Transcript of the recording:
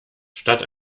statt